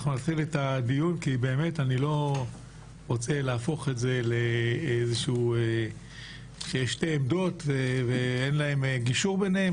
אני לא רוצה שזה ייהפך לשתי עמדות שאין ביניהן גישור.